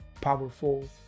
powerful